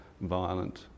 violent